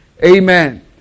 Amen